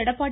Edappadi